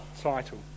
title